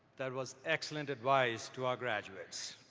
that was excellent advice to our graduates.